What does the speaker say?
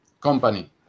company